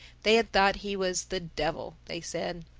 they had thought he was the devil, they said.